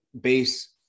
base